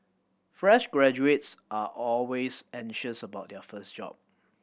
fresh graduates are always anxious about their first job